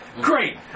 great